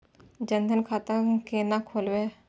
जनधन खाता केना खोलेबे?